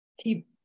keep